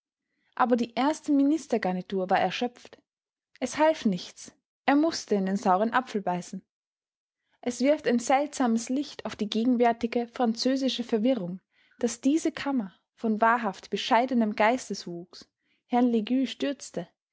aber die erste ministergarnitur war erschöpft es half nichts er mußte in den sauren apfel beißen es wirft ein seltsames licht auf die gegenwärtige französische verwirrung daß diese kammer von wahrhaft bescheidenem geisteswuchs herrn leygues stürzte